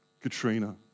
Katrina